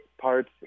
parts